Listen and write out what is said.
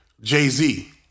Jay-Z